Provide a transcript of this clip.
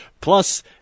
Plus